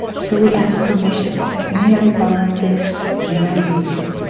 so we ask permission. may i borrow this? may i use it?